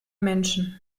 menschen